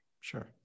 Sure